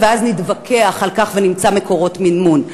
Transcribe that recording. ואז נתווכח על כך ונמצא מקורות מימון.